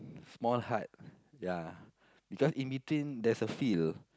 small hut ya because in between there's a field